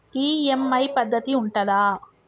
EMI పద్ధతి ఉంటదా?